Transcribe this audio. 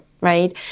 right